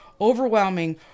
overwhelming